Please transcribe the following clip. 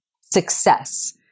success